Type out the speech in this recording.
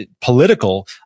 political